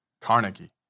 Carnegie